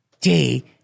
day